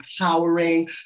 empowering